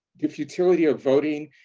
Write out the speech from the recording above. the futility of voting,